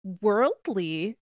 worldly